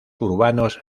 urbanos